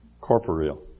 corporeal